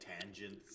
tangents